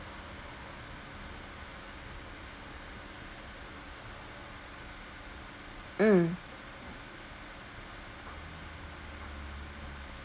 mm